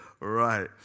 right